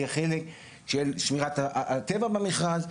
יהיה חלק של שמירת הטבע במכרז,